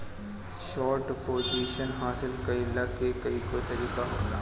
short position हासिल कईला के कईगो तरीका होला